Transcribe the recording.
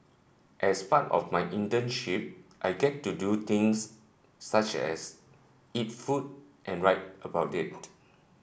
as part of my internship I get to do things such as eat food and write about it